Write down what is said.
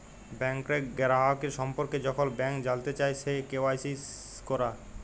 ব্যাংকের গ্রাহকের সম্পর্কে যখল ব্যাংক জালতে চায়, সে কে.ওয়াই.সি ক্যরা